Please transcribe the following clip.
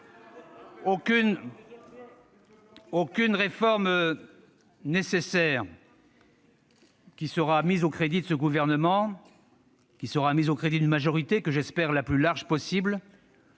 Autre réforme nécessaire qui sera mise au crédit de ce gouvernement et d'une majorité que j'espère la plus large possible